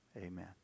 Amen